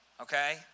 Okay